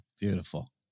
Beautiful